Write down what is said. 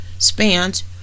spans